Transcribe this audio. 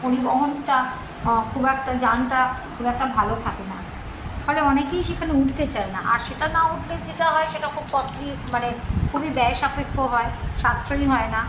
পরিবহনটা খুব একটা যানটা খুব একটা ভালো থাকে না ফলে অনেকেই সেখানে উঠতে চায় না আর সেটা না উঠলে যেটা হয় সেটা খুব কস্টলি মানে খুবই ব্যয়সাপেক্ষও হয় সাশ্রয়ী হয় না